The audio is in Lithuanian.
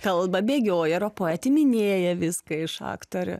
kalba bėgioja ropoja atiminėję viską iš aktorių